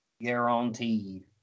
Guaranteed